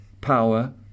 power